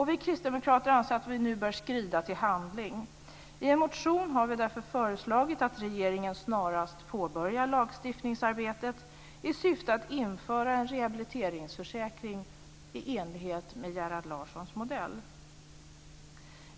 Vi kristdemokrater anser att vi nu bör skrida till handling. I en motion har vi därför föreslagit att regeringen snarast påbörjar lagstiftningsarbetet i syfte att införa en rehabiliteringsförsäkring i enlighet med Gerhard Larssons modell.